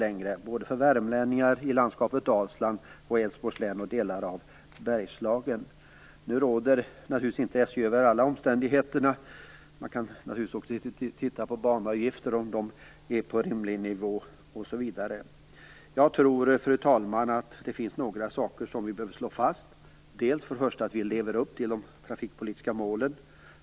Det skulle drabba såväl värmlänningar som människor i landskapet Dalsland, i Älvsborgs län och i delar av Bergslagen. SJ råder naturligtvis inte över alla omständigheter. Man kan också titta på banavgifterna och se om dessa ligger på en rimlig nivå osv. Fru talman! Jag tror att det finns några saker som vi behöver slå fast. För det första: att vi lever upp till de trafikpolitiska målen.